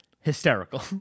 hysterical